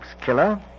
killer